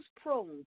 prone